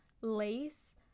lace